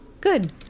Good